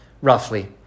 roughly